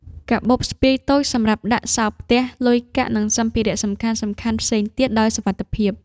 កាបូបស្ពាយតូចសម្រាប់ដាក់សោរផ្ទះ លុយកាក់ និងសម្ភារៈសំខាន់ៗផ្សេងទៀតដោយសុវត្ថិភាព។